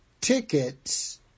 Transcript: tickets